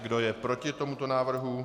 Kdo je proti tomuto návrhu?